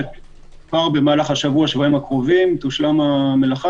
שבמהלך השבוע שבועיים הקרובים תושלם המלאכה